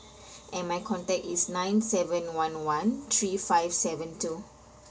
and my contact is nine seven one one three five seven two